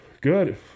Good